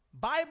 Bible